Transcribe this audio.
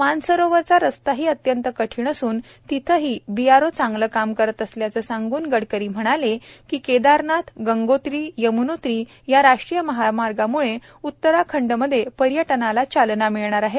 मानसरोवराचा रस्ताही अत्यंत कठीण असून तेथेही बीआरओ चांगले काम करीत असल्याचे सांगून गडकरी म्हणाले की केदारनाथ गंगोत्री यमुनोत्री या राष्ट्रीय मार्गामुळे उत्तराखंडमध्ये पर्यटनाला चालना मिळणार आहे